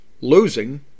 Losing